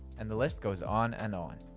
and the list goes on and on.